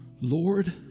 Lord